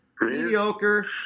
mediocre